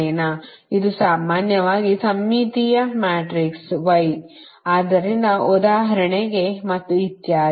ಮತ್ತು ಇದು ಸಾಮಾನ್ಯವಾಗಿ ಸಮ್ಮಿತೀಯ ಮ್ಯಾಟ್ರಿಕ್ಸ್ Y ಆದ್ದರಿಂದ ಉದಾಹರಣೆಗೆ ಮತ್ತು ಇತ್ಯಾದಿ